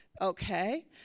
Okay